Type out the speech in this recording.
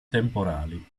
temporali